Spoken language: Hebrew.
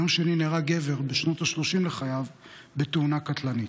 ביום שני נהרג גבר בשנות השלושים לחייו בתאונה קטלנית.